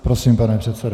Prosím, pane předsedo.